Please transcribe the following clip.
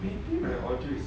maybe my order is confirmed